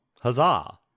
huzzah